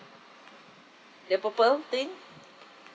the purple thing